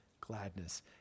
gladness